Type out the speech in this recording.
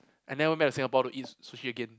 I never met in Singapore to eat sushi again